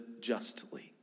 justly